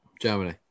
Germany